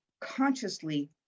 consciously